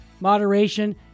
moderation